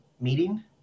meeting